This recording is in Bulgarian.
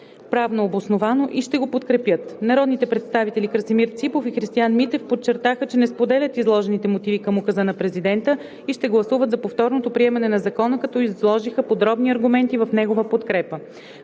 правно обосновано и ще го подкрепят. Народните представители Красимир Ципов и Христиан Митев подчертаха, че не споделят изложените мотиви към Указа на президента и ще гласуват за повторното приемане на закона, като изложиха подробни аргументи в негова подкрепа.